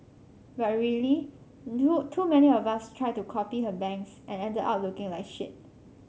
but really too too many of us tried to copy her bangs and ended up looking like shit